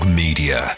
media